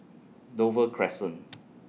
Dover Crescent